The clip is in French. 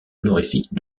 honorifique